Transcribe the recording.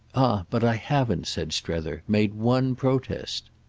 but i haven't, said strether, made one protest.